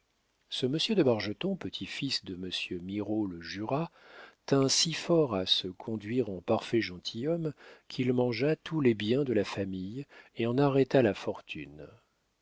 ce monsieur de bargeton petit-fils de monsieur mirault le jurat tint si fort à se conduire en parfait gentilhomme qu'il mangea tous les biens de la famille et en arrêta la fortune